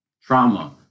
trauma